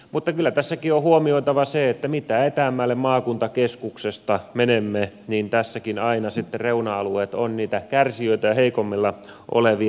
mutta kyllä tässäkin on huomioitava se että mitä etäämmälle maakuntakeskuksesta menemme sitä enemmän tässäkin aina sitten reuna alueet ovat niitä kärsijöitä ja heikommilla olevia